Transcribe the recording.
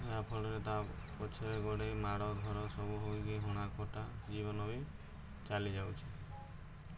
ଯାହାଫଳରେ ତା ପଛରେ ଗୋଡ଼େଇ ମାଡ଼ ଧର ସବୁ ହୋଇକି ହଣା କଟା ଜୀବନ ବି ଚାଲି ଯାଉଛିି